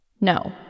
No